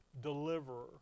deliverer